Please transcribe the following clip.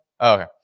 okay